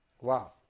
Wow